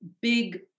big